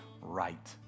right